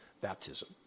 baptism